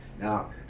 Now